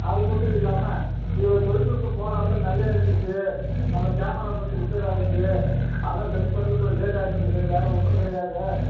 அது மட்டும் இல்லாமல் சில தொழில் நுட்ப கோளாறுல்லாம் நிறையா இருந்துச்சி நம்ம கேமரா கொஞ்சம் ரிப்பேர் ஆகிருச்சி அதெல்லாம் சரி பண்ணுறதுக்கு கொஞ்சம் லேட் ஆய்ருக்குது வேறு ஒன்றும் கிடையாது